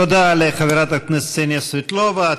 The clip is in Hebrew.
תודה לחברת הכנסת קסניה סבטלובה.